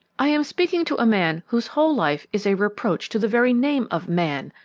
i am speaking to a man whose whole life is a reproach to the very name of man!